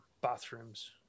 bathrooms